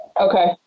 Okay